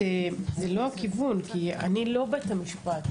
אבל בטי זה לא הכיוון, כי אני לא בית המשפט.